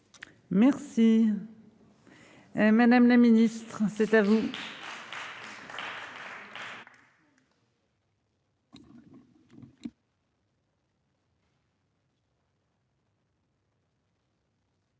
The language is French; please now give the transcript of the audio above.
Merci. Et Madame la Ministre, c'est à vous.